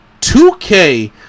2K